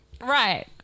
Right